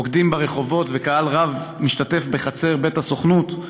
רוקדים ברחובות וקהל רב מתאסף בחצר בית הסוכנות.